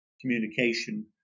communication